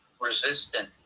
resistant